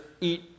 eat